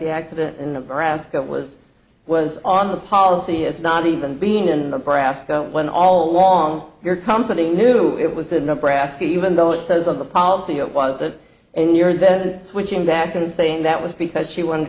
the accident in nebraska was was on the policy it's not even being in the past when all along your company knew it was a number ask even though it says on the policy it wasn't and you are then switching back and saying that was because she wanted